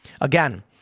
Again